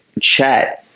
chat